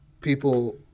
people